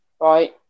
right